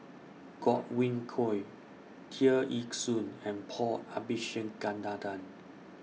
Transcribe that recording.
Godwin Koay Tear Ee Soon and Paul Abisheganaden